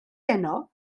heno